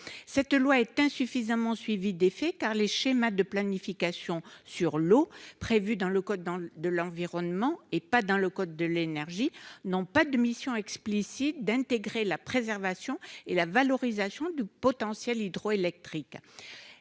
cette loi est insuffisamment suivies d'effet car les schémas de planification sur l'eau prévue dans le code dans de l'environnement et pas dans le code de l'énergie, non pas de mission explicite d'intégrer la préservation et la valorisation du potentiel hydroélectrique,